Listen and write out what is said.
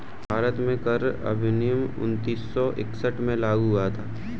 भारत में कर अधिनियम उन्नीस सौ इकसठ में लागू हुआ था